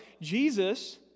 Jesus